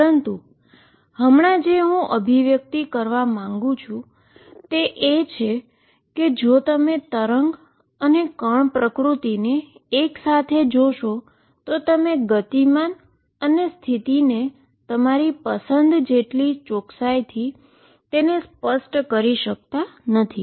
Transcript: પરંતુ હમણાં જે હું અભિવ્યક્ત કરવા માંગુ છું એ જો તમે વેવ અને પાર્ટીકલ પ્રકૃતિને એક સાથે જોશો તો તમે મોમેન્ટમ અને પોઝિશનને તમારી પસંદ જેટલી ચોકસાઈને સ્પષ્ટ કરી શકતા નથી